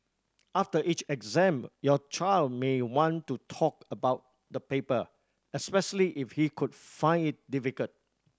after each exam your child may want to talk about the paper especially if he could found it difficult